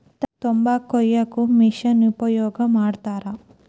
ತಂಬಾಕ ಕೊಯ್ಯಾಕು ಮಿಶೆನ್ ಉಪಯೋಗ ಮಾಡತಾರ